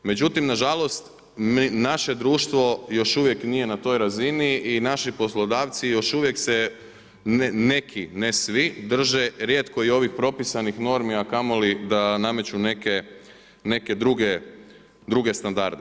Međutim, nažalost naše društvo još uvijek nije na toj razini i naši poslodavci se još uvijek se neki, ne svi drže rijetko i ovih propisanih normi, a kamoli da nameću neke druge standarde.